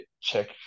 check